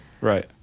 Right